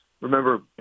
Remember